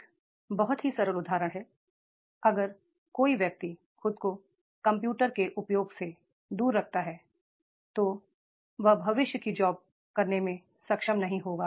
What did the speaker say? एक बहुत ही सरल उदाहरण है अगर कोई व्यक्ति खुद को कंप्यूटर के उपयोग से दूर रखता है तो वह भविष्य की जॉब करने में सक्षम नहीं होगा